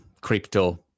crypto